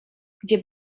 gdzie